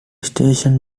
station